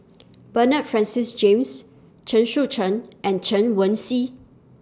Bernard Francis James Chen Shucheng and Chen Wen Xi